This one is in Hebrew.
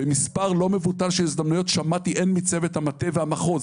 "במספר לא מבוטל של הזדמנויות שמעתי הן מצוות המטה והמחוז